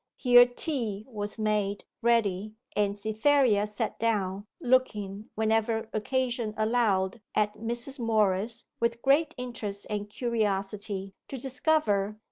here tea was made ready, and cytherea sat down, looking, whenever occasion allowed, at mrs. morris with great interest and curiosity, to discover,